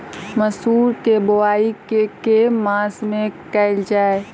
मसूर केँ बोवाई केँ के मास मे कैल जाए?